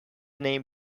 name